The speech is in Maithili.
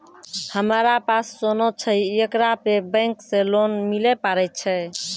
हमारा पास सोना छै येकरा पे बैंक से लोन मिले पारे छै?